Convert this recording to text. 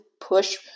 push